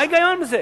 מה ההיגיון בזה?